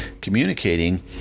communicating